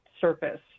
surface